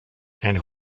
and